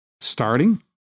starting